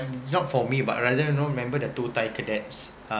not for me but rather you know remember the two thai cadets uh